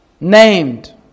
Named